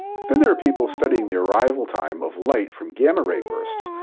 then there are people studying the arrival time of light from gamma ray bursts,